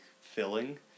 filling